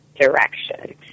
direction